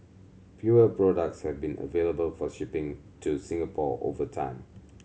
fewer products have been available for shipping to Singapore over time